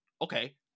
Okay